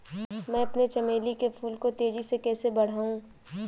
मैं अपने चमेली के फूल को तेजी से कैसे बढाऊं?